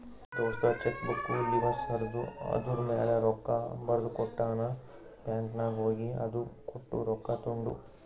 ದೋಸ್ತ ಚೆಕ್ಬುಕ್ದು ಲಿವಸ್ ಹರ್ದು ಅದೂರ್ಮ್ಯಾಲ ರೊಕ್ಕಾ ಬರ್ದಕೊಟ್ಟ ನಾ ಬ್ಯಾಂಕ್ ನಾಗ್ ಹೋಗಿ ಅದು ಕೊಟ್ಟು ರೊಕ್ಕಾ ತೊಂಡು